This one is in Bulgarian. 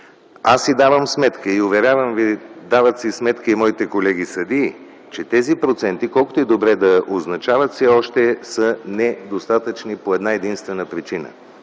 Аз си давам сметка и, уверявам ви, дават си сметка и моите колеги съдии, че тези проценти, колкото и добри да са, все още са недостатъчни по една-единствена причина